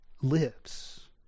lives